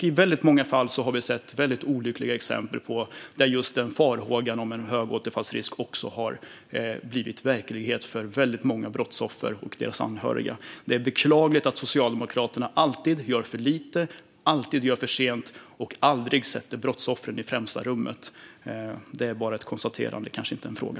I många fall har vi sett olyckliga exempel på hur just farhågan om en hög återfallsrisk också har blivit verklighet för väldigt många brottsoffer och deras anhöriga. Det är beklagligt att Socialdemokraterna alltid gör för lite, alltid gör för sent och aldrig sätter brottsoffren i främsta rummet. Det är bara ett konstaterande, kanske inte en fråga.